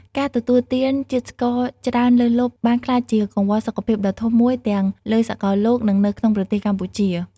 ការទទួលទានជាតិស្ករច្រើនលើសលប់បានក្លាយជាកង្វល់សុខភាពដ៏ធំមួយទាំងលើសកលលោក និងនៅក្នុងប្រទេសកម្ពុជា។